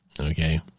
Okay